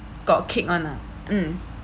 got cake [one] ah mm